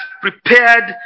prepared